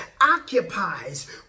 occupies